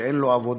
שאין לו עבודה,